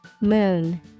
Moon